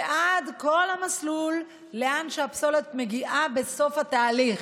וכל המסלול עד לאן שהפסולת מגיעה בסוף התהליך.